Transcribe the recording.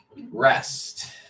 Rest